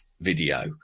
video